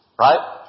Right